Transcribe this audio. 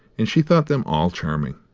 and she thought them all charming.